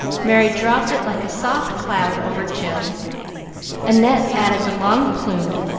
merry dropped it like a soft cloud over jill annette added the long plume,